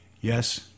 Yes